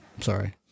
Sorry